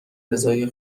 رضای